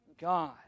God